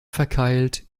verkeilt